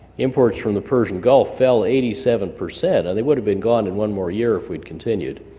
imports from the persian gulf fell eighty seven percent, and they would have been gone in one more year if we'd continued.